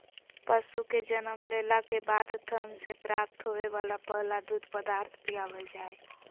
पशु के जन्म लेला के बाद थन से प्राप्त होवे वला पहला दूध पदार्थ पिलावल जा हई